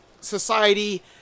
society